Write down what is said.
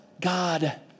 God